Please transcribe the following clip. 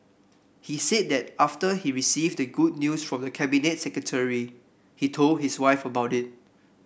he said that after he received the good news from the Cabinet Secretary he told his wife about it